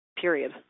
period